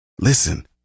Listen